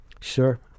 Sure